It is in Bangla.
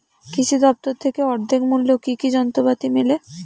কৃষি দফতর থেকে অর্ধেক মূল্য কি কি যন্ত্রপাতি মেলে?